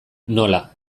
nola